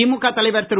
திமுக தலைவர் திரு